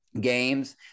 Games